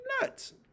nuts